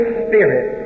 spirit